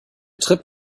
trip